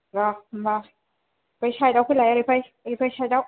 र' होनबा बै सायेदाव फैलाय ओरै फै ओरै फै सायेदाव